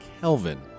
Kelvin